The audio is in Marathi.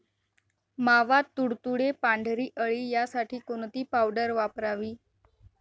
मावा, तुडतुडे, पांढरी अळी यासाठी कोणती पावडर वापरावी?